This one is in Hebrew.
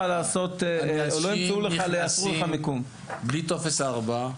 אנשים נכנסים בלי טופס 4,